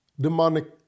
demonic